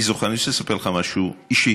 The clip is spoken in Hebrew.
אני רוצה לספר לך משהו אישי.